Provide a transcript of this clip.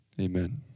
amen